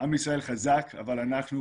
את הידע ההיסטורי, של הארץ שלנו,